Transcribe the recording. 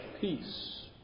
peace